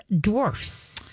dwarfs